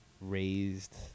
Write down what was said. raised